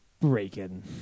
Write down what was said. Breaking